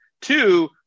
Two